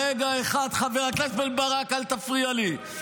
רגע אחד, חבר הכנסת בן ברק, אל תפריע לי.